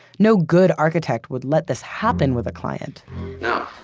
no good architect would let this happen with a client now,